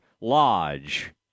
Lodge